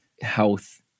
health